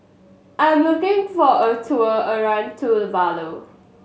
I'm looking for a tour around Tuvalu